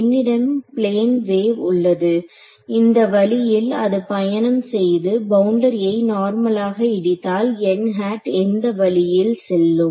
என்னிடம் plane wave உள்ளது இந்த வழியில் அது பயணம் செய்து பவுண்டரியை நார்மலாக இடித்தால் n ஹேட் எந்த வழியில் செல்லும்